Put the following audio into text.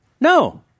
No